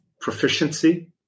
proficiency